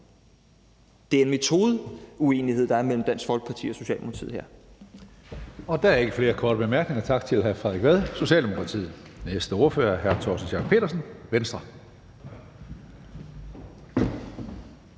Det er en metodeuenighed, der er mellem Dansk Folkeparti og Socialdemokratiet her.